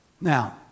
Now